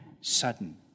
sudden